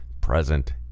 present